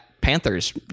Panthers